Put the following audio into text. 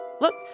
Look